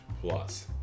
plus